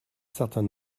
certain